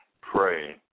pray